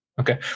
Okay